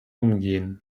umgehen